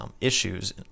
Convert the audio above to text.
Issues